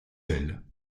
ailes